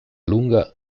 lunga